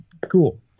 Cool